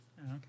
Okay